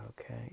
Okay